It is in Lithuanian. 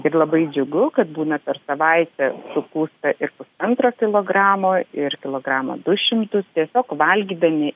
ir labai džiugu kad būna per savaitę sukūsta ir pusantro kilogramo ir kilogramą du šimtus tiesiog valgydami